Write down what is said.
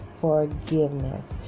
forgiveness